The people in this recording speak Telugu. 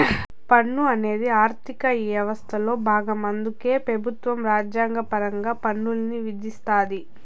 పన్ను అనేది ఆర్థిక యవస్థలో బాగం అందుకే పెబుత్వం రాజ్యాంగపరంగా పన్నుల్ని విధిస్తాది